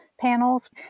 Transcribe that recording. panels